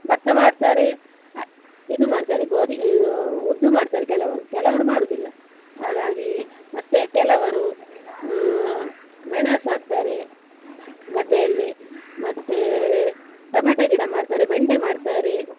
ಭತ್ತ ಮಾಡ್ತಾರೆ ಇದು ಮಾಡ್ತಾರೆ ಗೋಧಿ ಉದ್ದು ಮಾಡ್ತಾರೆ ಕೆಲವರು ಮಾಡ್ತಾರೆ ಕೆಲವರು ಮಾಡುವುದಿಲ್ಲ ಹಾಗಾಗಿ ಮತ್ತೆ ಕೆಲವರು ಮೆಣಸು ಹಾಕ್ತಾರೆ ಗದ್ದೆಯಲ್ಲಿ ಮತ್ತೆ ಟೊಮೊಟೊ ಗಿಡ ಮಾಡ್ತಾರೆ ಬೆಂಡೆ ಮಾಡ್ತಾರೆ